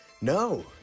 No